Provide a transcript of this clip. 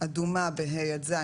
אדומה ב-ה' עד ז',